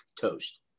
toast